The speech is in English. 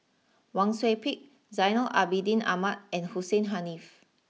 Wang Sui Pick Zainal Abidin Ahmad and Hussein Haniff